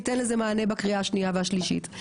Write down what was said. ניתן לזה מענה בקריאה השנייה והשלישית,